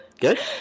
Good